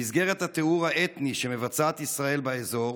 במסגרת הטיהור האתני שמבצעת ישראל באזור,